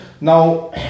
Now